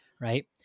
right